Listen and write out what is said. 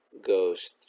goes